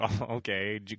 okay